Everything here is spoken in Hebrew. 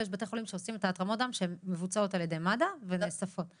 ויש בתי חולים שעושים התרמות דם שמבוצעות על-ידי מד"א ונאספות כשיש לו.